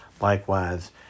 likewise